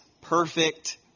perfect